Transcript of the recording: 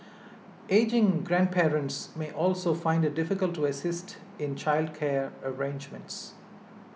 ageing grandparents may also find it difficult to assist in childcare arrangements